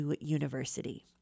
University